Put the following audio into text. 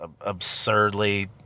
absurdly